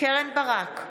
קרן ברק,